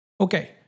Okay